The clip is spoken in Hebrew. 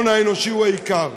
ההון האנושי הוא העיקר.